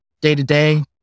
day-to-day